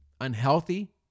unhealthy